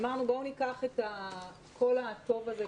אמרנו בואו ניקח את כל הטוב הזה,